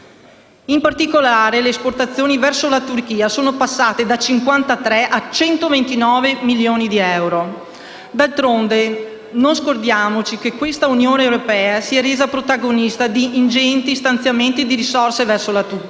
In particolare le esportazioni verso la Turchia sono passate da 53 a 129 milioni di euro. D'altronde non scordiamoci che questa Unione europea si è resa protagonista di ingenti stanziamenti di risorse verso la Turchia,